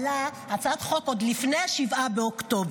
שהצעת החוק עלתה עוד לפני 7 באוקטובר.